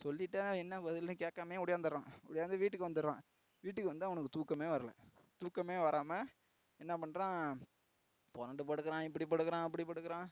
சொல்லிவிட்டு என்ன பதில்ன்னு கேட்காமையே ஓடியாந்துறான் ஓடியாந்து வீட்டுக்கு வந்துடுறான் வீட்டுக்கு வந்து அவனுக்கு தூக்கமே வரல தூக்கமே வரமா என்ன பண்ணுறான் புரண்டு படுக்குறான் இப்படி படுக்குறான் அப்படி படுக்குறான்